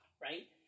right